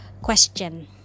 question